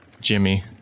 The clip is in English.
jimmy